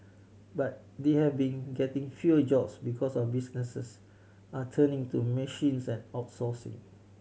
but they have been getting fewer jobs because of businesses are turning to machines outsourcing